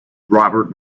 robert